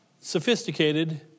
sophisticated